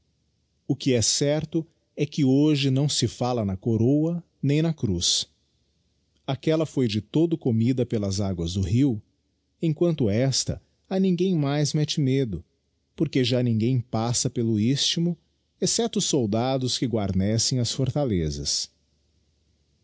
o que é certo é que hoje não se fiilla na coroa nem na cruz aquella foi de todo comida pelas aguas do rio emquanto esta a ninguém mais mette medo porque já ninguém passa pelo istbmo excepto os soldados que guarnecem as fortalezas